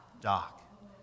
Doc